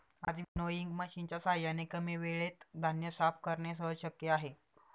आज विनोइंग मशिनच्या साहाय्याने कमी वेळेत धान्य साफ करणे सहज शक्य आहे